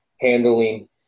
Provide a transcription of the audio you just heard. handling